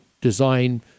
design